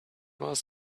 was